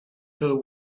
till